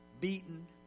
beaten